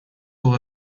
был